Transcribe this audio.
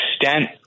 extent